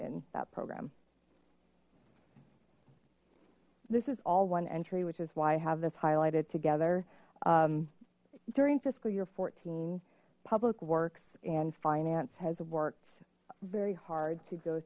in that program this is all one entry which is why i have this highlighted together during fiscal year fourteen public works and finance has worked very hard to go